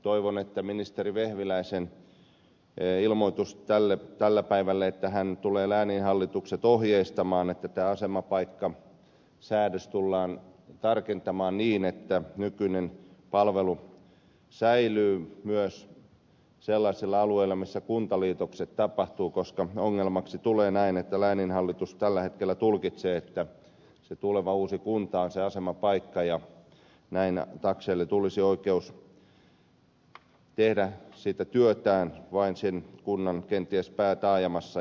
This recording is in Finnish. toivon että ministeri vehviläisen ilmoitus tänä päivänä että hän tulee lääninhallitukset ohjeistamaan että tämä asemapaikkasäädös tullaan tarkentamaan niin että nykyinen palvelu säilyy myös sellaisilla alueilla missä kuntaliitokset tapahtuvat toteutuu koska ongelmaksi tulee näin että lääninhallitus tällä hetkellä tulkitsee että se tuleva uusi kunta on se asemapaikka ja näin takseille tulisi oikeus tehdä sitä työtään vain kenties sen kunnan päätaajamassa